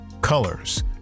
colors